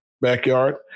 backyard